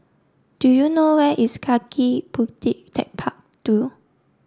do you know where is Kaki Bukit Techpark two